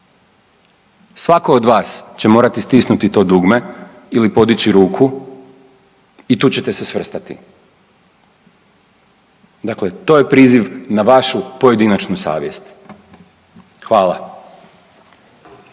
Svako od vas će morati stisnuti to dugme ili podići ruku i tu ćete se svrstati. Dakle, to je priziv na vašu pojedinačnu savjest. Hvala.